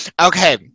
Okay